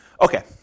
Okay